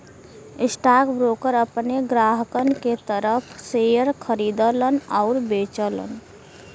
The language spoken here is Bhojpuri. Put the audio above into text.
स्टॉकब्रोकर अपने ग्राहकन के तरफ शेयर खरीदलन आउर बेचलन